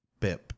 Bip